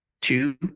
two